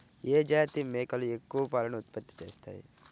ఏ జాతి మేకలు ఎక్కువ పాలను ఉత్పత్తి చేస్తాయి?